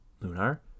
Lunar